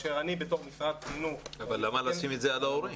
אני בתור משרד החינוך --- אבל למה לשים את זה על ההורים?